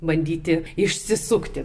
bandyti išsisukti